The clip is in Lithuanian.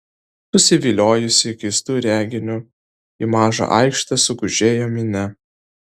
susiviliojusi keistu reginiu į mažą aikštę sugužėjo minia